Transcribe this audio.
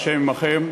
ה' עמכם.